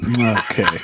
Okay